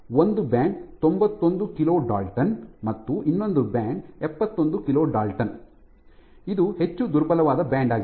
ಒಂದು ಬ್ಯಾಂಡ್ ತೊಂಬತ್ತೊಂದು kilodalton ಮತ್ತು ಇನ್ನೊಂದು ಬ್ಯಾಂಡ್ ಎಪ್ಪತ್ತೊಂದು ಕಿಲೋ ಡಾಲ್ಟನ್ ಇದು ಹೆಚ್ಚು ದುರ್ಬಲವಾದ ಬ್ಯಾಂಡ್ ಆಗಿದೆ